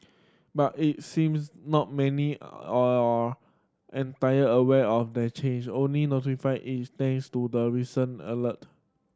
but it seems not many are entire aware of the change only notifying it thanks to the recent alert